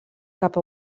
cap